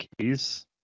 keys